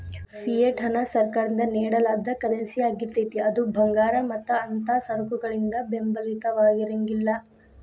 fiat ಹಣ ಸರ್ಕಾರದಿಂದ ನೇಡಲಾದ ಕರೆನ್ಸಿಯಾಗಿರ್ತೇತಿ ಅದು ಭಂಗಾರ ಮತ್ತ ಅಂಥಾ ಸರಕಗಳಿಂದ ಬೆಂಬಲಿತವಾಗಿರಂಗಿಲ್ಲಾ